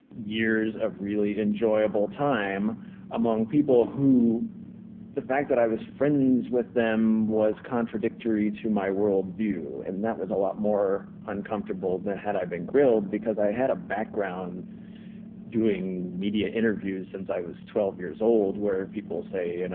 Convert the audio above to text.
years of really enjoyable time among people who the fact that i was friends with them was contradictory to my worldview. and that was a lot more uncomfortable than had i been grilled, because i had a background doing media interviews since i was twelve years old, where people say, and